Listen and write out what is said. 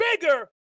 bigger